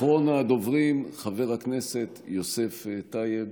אחרון הדוברים, חבר הכנסת יוסף טייב,